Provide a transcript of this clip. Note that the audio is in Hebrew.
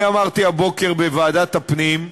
אני אמרתי הבוקר בוועדת הפנים,